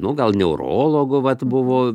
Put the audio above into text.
nu gal neurologu vat buvo